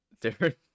different